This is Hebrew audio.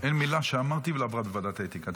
אין מילה שאמרתי ולא עברה בוועדת האתיקה.